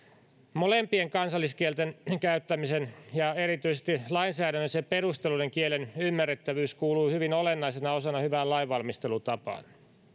molempien kansalliskielten käyttäminen ja erityisesti lainsäädännöllisten perusteluiden kielen ymmärrettävyys kuuluvat hyvin olennaisena osana hyvään lainvalmistelutapaan